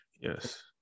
Yes